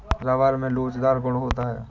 rubber में लोचदार गुण होता है